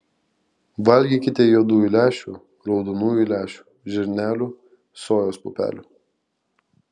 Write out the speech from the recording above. valgykite juodųjų lęšių raudonųjų lęšių žirnelių sojos pupelių